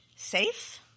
Safe